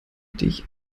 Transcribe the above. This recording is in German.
dich